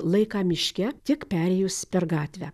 laiką miške tik perėjus per gatvę